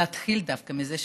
להתחיל דווקא מזה,